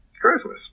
Christmas